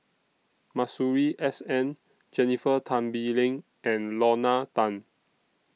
Masuri S N Jennifer Tan Bee Leng and Lorna Tan